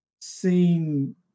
seen